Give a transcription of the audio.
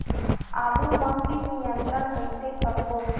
आलू मा कीट नियंत्रण कइसे करबो?